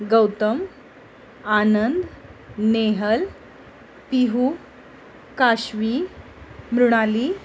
Gautam Anand Nehal Pihu Kashvi Mrunali